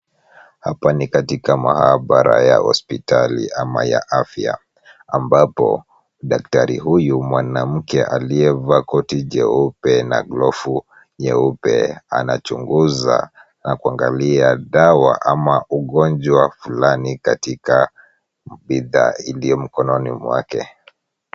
Hapa ni katika maabara ya hospitali ama ya afya, ambapo daktari huyu mwanamke aliyevaa koti jeupe na glovu nyeupe, anachunguza na kuangalia dawa ama ugonjwa fulani katika bidhaa iliyo mkononi mwake.